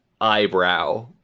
eyebrow